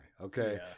Okay